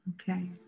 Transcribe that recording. Okay